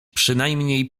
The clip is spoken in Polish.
przynajmniej